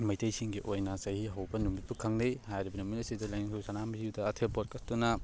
ꯃꯩꯇꯩ ꯁꯤꯡꯒꯤ ꯑꯣꯏꯅ ꯆꯍꯤ ꯍꯧꯕ ꯅꯨꯃꯤꯠꯄꯨ ꯈꯪꯅꯩ ꯍꯥꯏꯔꯤꯕ ꯅꯨꯃꯤꯠ ꯑꯁꯤꯗ ꯂꯥꯏꯅꯤꯡꯊꯧ ꯁꯟꯅꯃꯍꯤꯗ ꯑꯊꯦꯜ ꯄꯣꯠ ꯀꯠꯇꯨꯅ